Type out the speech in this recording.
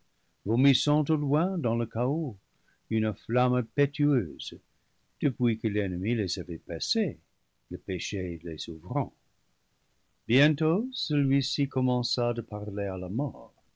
vomissant au loin dans le chaos une flamme impétueuse depuis que l'ennemi les avait passées le péché les ouvrant bientôt celui-ci commença de parler à la mort